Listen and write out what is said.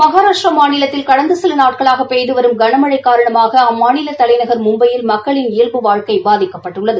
மகாராஷ்டிரா மாநிலத்தில் கடந்த சில நாட்களாக பெய்து வரும் கன மழை காரணமாக அம்மாநில தலைநகள் மும்பையில் மக்களின் இயல்பு வாழ்க்கை பாதிக்கப்பட்டுள்ளது